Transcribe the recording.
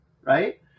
Right